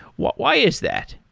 why is that?